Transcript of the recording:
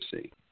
see